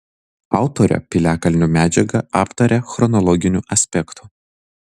autorė piliakalnio medžiagą aptaria chronologiniu aspektu